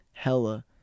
Hella